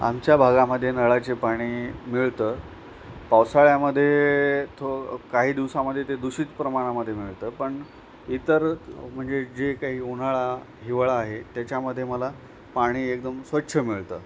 आमच्या भागामध्ये नळाचे पाणी मिळतं पावसाळ्यामध्ये थो काही दिवसांमध्ये ते दूषित प्रमाणामध्ये मिळतं पण इतर क् म्हणजे जे काही उन्हाळा हिवाळा आहे त्याच्यामध्ये मला पाणी एकदम स्वच्छ मिळतं